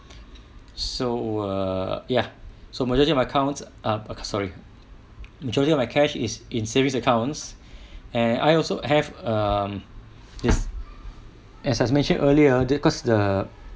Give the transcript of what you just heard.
so err ya so majority of my accounts are sorry majority of my cash is in savings accounts and I also have um this as I has mentioned earlier because the